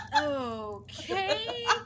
okay